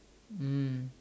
mm